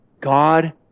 God